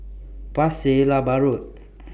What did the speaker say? Pasir Laba Road